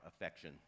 affection